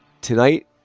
tonight